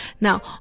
Now